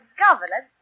governor